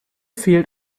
fehlt